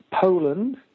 Poland